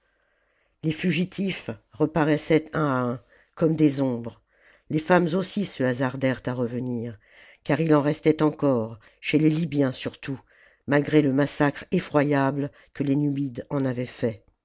les fugitifs reparaissaient un à un comme des ombres les femmes aussi se hasardèrent à revenir car il en restait encore chez les libyens surtout malgré le massacre effroyable que les numides en avaient fait